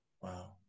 Wow